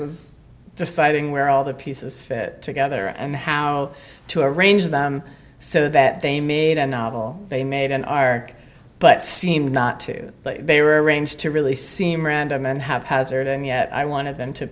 was deciding where all the pieces fit together and how to arrange them so that they made a novel they made an ark but seem not to but they were arranged to really seem random and have hazard and yet i wanted them to